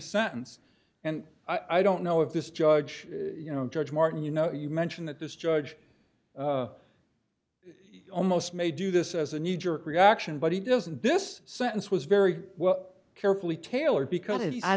sentence and i don't know if this judge you know judge martin you know you mentioned that this judge almost may do this as a knee jerk reaction but he doesn't this sentence was very well carefully tailored because i